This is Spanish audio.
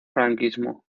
franquismo